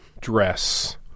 dress